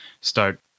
start